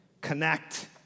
connect